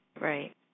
Right